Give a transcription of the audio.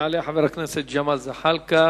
יעלה חבר הכנסת ג'מאל זחאלקה.